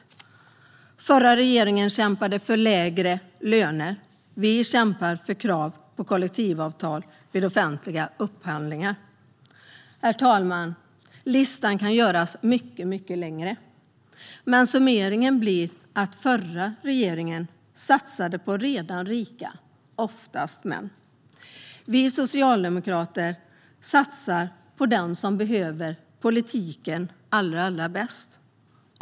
Den förra regeringen kämpade för lägre löner. Vi kämpar för krav på kollektivavtal vid offentliga upphandlingar. Herr talman! Listan kan göras mycket längre, men summeringen blir att den förra regeringen satsade på redan rika - oftast män. Vi socialdemokrater satsar på dem som behöver politiken allra bäst.